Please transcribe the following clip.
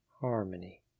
Harmony